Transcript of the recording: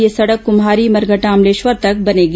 यह सड़क कम्हारी मरघटा अमलेश्वर तक बनेगी